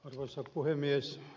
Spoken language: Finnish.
arvoisa puhemies